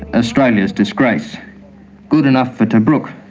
ah australia's disgrace' good enough for tobruk,